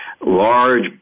Large